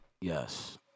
Yes